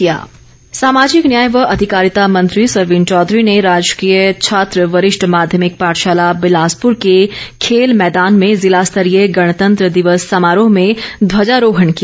बिलासपुर गणतंत्र दिवस सामाजिक न्याय व अधिकारिता मंत्री सरवीण चौधरी ने राजकीय छात्र वरिष्ठ माध्यभिक पाठशाला बिलासपूर के खेल मैदान में जिला स्तरीय गणतंत्र दिवस समारोह में ध्वजारोहण किया